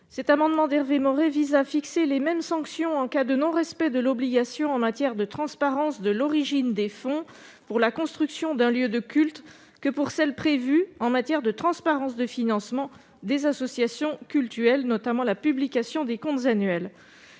Cet amendement d'Hervé Maurey vise à prévoir les mêmes sanctions en cas de non-respect de l'obligation en matière de transparence de l'origine des fonds pour la construction d'un lieu de culte que pour celles qui sont prévues en matière de transparence du financement des associations cultuelles, notamment la publication des comptes annuels.